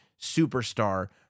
superstar